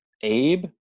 Abe